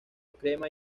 crema